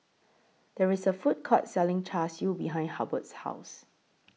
There IS A Food Court Selling Char Siu behind Hubbard's House